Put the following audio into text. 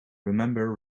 remember